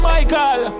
Michael